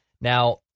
Now